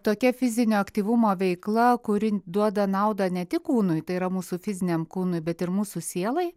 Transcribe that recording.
tokia fizinio aktyvumo veikla kuri duoda naudą ne tik kūnui tai yra mūsų fiziniam kūnui bet ir mūsų sielai